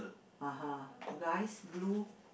(uh huh) guys blue